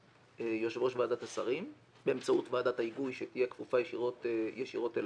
יושב ראש ועדת השרים באמצעות ועדת ההיגוי שתהיה כפופה ישירות אליו.